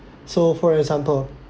so for example